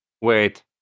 Wait